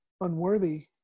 unworthy